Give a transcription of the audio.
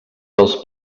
dels